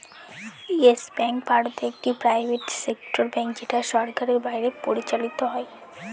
yes bank ভারতে একটি private sector bank যেটা সরকারের বাইরে পরিচালত হয়